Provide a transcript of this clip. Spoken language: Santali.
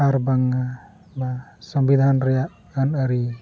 ᱟᱨ ᱵᱟᱝᱢᱟ ᱥᱚᱝᱵᱤᱫᱷᱟᱱ ᱨᱮᱭᱟᱜ ᱟᱹᱱ ᱟᱹᱨᱤ